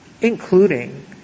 including